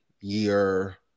year